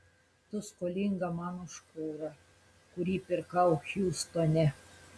tu skolinga man už kurą kurį pirkau hjustone